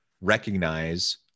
recognize